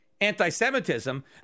anti-Semitism